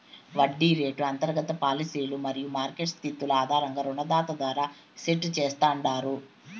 వడ్డీ రేటు అంతర్గత పాలసీలు మరియు మార్కెట్ స్థితుల ఆధారంగా రుణదాత ద్వారా సెట్ చేస్తాండారు